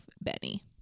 Benny